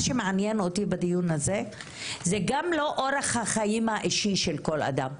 מה שמעניין אותי בדיון הזה זה גם לא אורח החיים האישי של כל אדם.